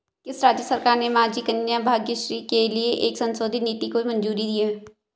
किस राज्य सरकार ने माझी कन्या भाग्यश्री के लिए एक संशोधित नीति को मंजूरी दी है?